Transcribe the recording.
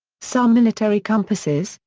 some military compasses,